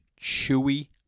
chewy